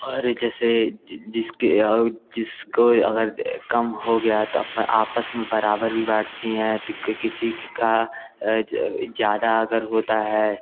और जैसे जिसके और जिस कोई अगर कम हो गया है तब में आपस में बराबर भी बाँटती है किसी का ज़्यादा अगर होता है